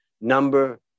Number